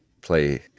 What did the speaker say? play